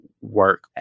work